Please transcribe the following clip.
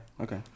Okay